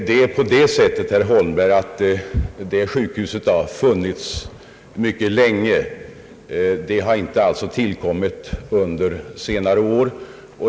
Det är på det sättet, herr Holmberg, att detta sjukhus har funnits mycket länge och att det alltså inte har tillkommit under senare år.